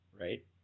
Right